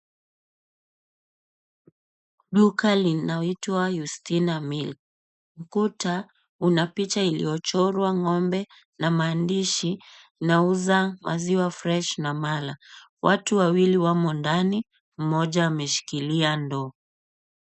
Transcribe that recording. Duka inayoitwa YUSTINA MILK. Ukuta una picha uliochorwa ng'ombe na maandishi, nauza maziwa fresh na mala. Watu wawili wamo ndani, mmoja meshikilia ndoo.